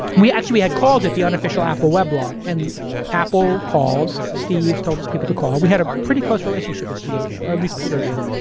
actually, we had called it the unofficial apple weblog and apple called, steve told his people to call. we had a pretty close relationship with steve, or at least peter did.